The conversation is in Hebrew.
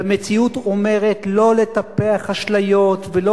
והמציאות אומרת לא לטפח אשליות ולא